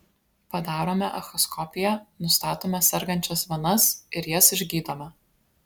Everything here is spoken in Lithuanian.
padarome echoskopiją nustatome sergančias venas ir jas išgydome